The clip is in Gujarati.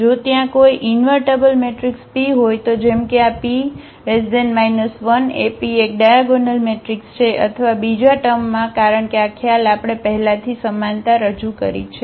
જો ત્યાં કોઈ ઇન્વર્ટબલ મેટ્રિક્સ p હોય તો જેમ કે આ P 1AP એક ડાયાગોનલ મેટ્રિક્સ છે અથવા બીજા ટમૅમાં કારણ કે આ ખ્યાલ આપણે પહેલાથી સમાનતા રજૂ કરી છે